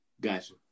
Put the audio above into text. Gotcha